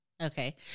Okay